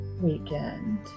weekend